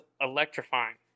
electrifying